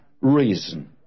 reason